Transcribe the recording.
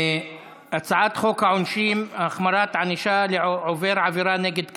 הצעת חוק העונשין (החמרת ענישה לעובר עבירה נגד קשיש)